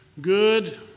good